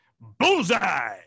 Bullseye